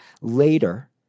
Later